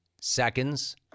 seconds